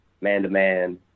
man-to-man